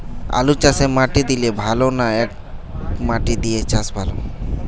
আলুচাষে মাটি দিলে ভালো না একমাটি দিয়ে চাষ ভালো?